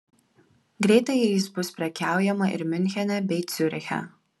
greitai jais bus prekiaujama ir miunchene bei ciuriche